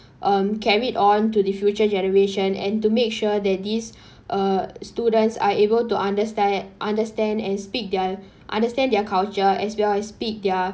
um carried on to the future generation and to make sure that this uh students are able to understand understand and speak their understand their culture as well as speak their